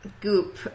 goop